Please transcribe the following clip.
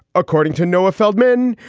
according to noah feldman,